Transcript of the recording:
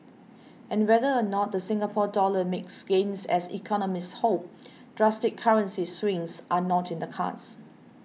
and whether or not the Singapore Dollar makes gains as economists hope drastic currency swings are not in the cards